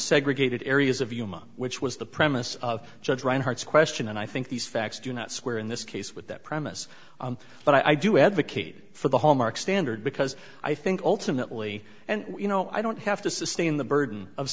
segregated areas of yuma which was the premise of judge reinhart's question and i think these facts do not swear in this case with that premise but i do advocate for the hallmark standard because i think ultimately and you know i don't have to sustain the burden of